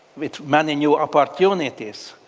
with many new opportunities.